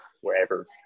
Wherever